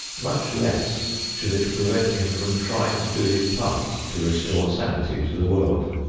much less should it prevent him from trying to do his part to restore sanity to the world.